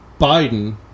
Biden